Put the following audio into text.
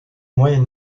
moyen